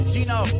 Gino